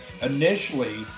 initially